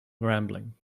rambling